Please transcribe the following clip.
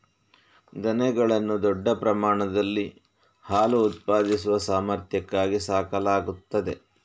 ದನಗಳನ್ನು ದೊಡ್ಡ ಪ್ರಮಾಣದಲ್ಲಿ ಹಾಲು ಉತ್ಪಾದಿಸುವ ಸಾಮರ್ಥ್ಯಕ್ಕಾಗಿ ಸಾಕಲಾಗುತ್ತದೆ